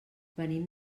venim